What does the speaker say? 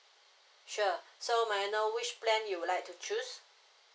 sure so may I know which plan you would like to choose